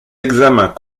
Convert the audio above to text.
examens